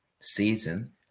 season